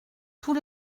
tous